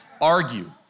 argue